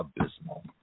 abysmal